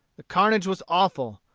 the carnage was awful.